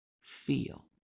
feel